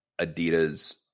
Adidas